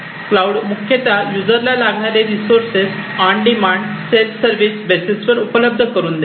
cloud मुख्यतः युजरला लागणारे resources on demand self service basis वर उपलब्ध करून देतो